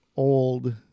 old